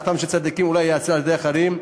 מלאכתם של צדיקים אולי תיעשה על-ידי אחרים.